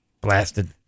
Blasted